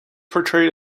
portrayed